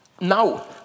now